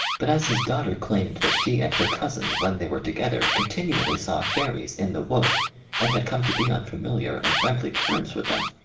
but as his daughter claimed that she and her cousin when they were together continually saw fairies in the wood and had come to be on familiar and friendly terms with them,